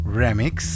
remix